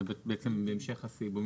זה בעצם המשך הסעיף.